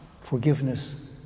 forgiveness